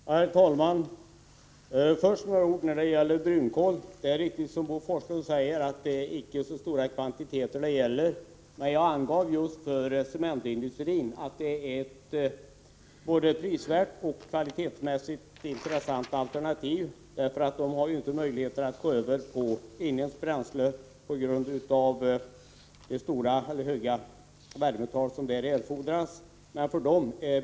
Herr talman! Först några ord när det gäller brunkol. Det är riktigt som Bo Forslund säger, att det inte är fråga om så stora kvantiteter, men jag angav att brunkol just för cementindustrin kan vara ett både prisvärt och kvalitetsmässigt intressant alternativ. I den industrin har man ju inte möjlighet att gå över till inhemskt bränsle på grund av de höga värmetal som där erfordras.